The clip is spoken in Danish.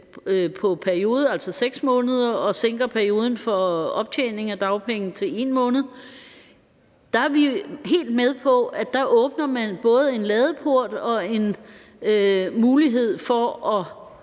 til 6 måneder og sænker perioden for optjening af dagpenge til 1 måned. Der er vi jo helt med på, at der åbner man både en ladeport og en mulighed for at